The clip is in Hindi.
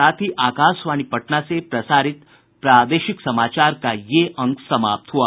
इसके साथ ही आकाशवाणी पटना से प्रसारित प्रादेशिक समाचार का ये अंक समाप्त हुआ